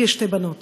יש לי שתי בנות,